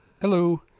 Hello